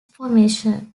formation